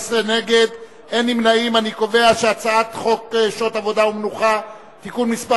להעביר את הצעת חוק שעות עבודה ומנוחה (תיקון מס'